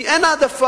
היא שאין העדפה